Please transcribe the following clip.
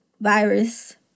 virus